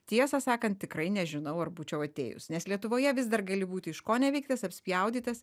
tiesą sakant tikrai nežinau ar būčiau atėjus nes lietuvoje vis dar gali būti iškoneveiktas apspjaudytas